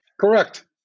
Correct